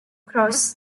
cross